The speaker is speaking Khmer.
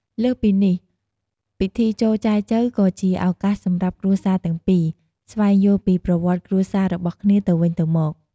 លើសពីនេះ ពិធីចូលចែចូវក៏ជាឱកាសសម្រាប់គ្រួសារទាំងពីរ ស្វែងយល់ពីប្រវត្តិគ្រួសារ របស់គ្នាទៅវិញទៅមក។